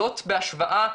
זאת בהשוואה,